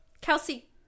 Kelsey